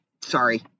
sorry